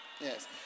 Yes